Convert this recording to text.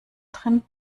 drin